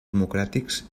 democràtics